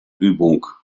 übung